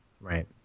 Right